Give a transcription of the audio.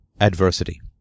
adversity